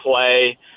play